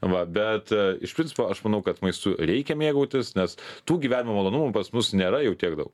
va bet iš principo aš manau kad maistu reikia mėgautis nes tų gyvenimo malonumų pas mus nėra jau tiek daug